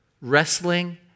Wrestling